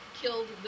killed